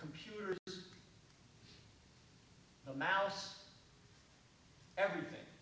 computer mouse everything